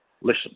listen